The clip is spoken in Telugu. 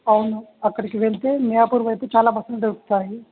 అవును అక్కడికి వెళ్తే మయాపూర్ వైపు అయితే చాలా బస్సులు దొరుకుతాయి